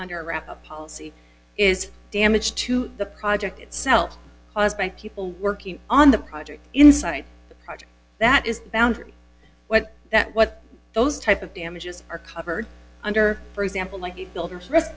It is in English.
under wraps of policy is damage to the project itself caused by people working on the project inside the project that is boundary what that what those type of damages are covered under for example like builders r